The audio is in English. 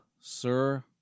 sir